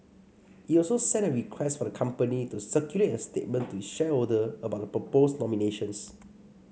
it also sent a request for the company to circulate a statement to its shareholder about the proposed nominations